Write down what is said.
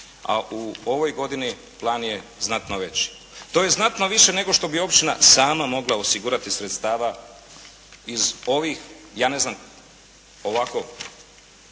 A u ovoj godini plan je znatno veći. To je znatno više nego što bi općina sama mogla osigurati sredstava iz ovih ja ne znam, ovako